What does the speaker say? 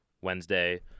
Wednesday